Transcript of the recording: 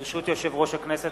ברשות יושב-ראש הכנסת,